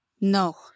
No